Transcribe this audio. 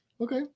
Okay